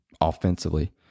offensively